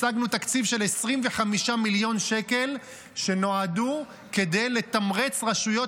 השגנו תקציב של 25 מיליון שקל שנועדו לתמרץ רשויות